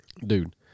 Dude